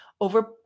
over